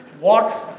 walks